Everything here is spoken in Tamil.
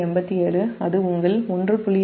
87 அது உங்கள் 1